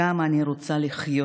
כמה אני רוצה לחיות